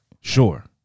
Sure